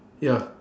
ya